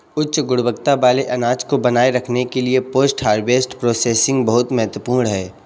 उच्च गुणवत्ता वाले अनाज को बनाए रखने के लिए पोस्ट हार्वेस्ट प्रोसेसिंग बहुत महत्वपूर्ण है